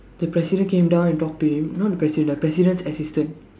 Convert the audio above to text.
the president came down and talk to him not the president the president's assistant